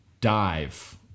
Dive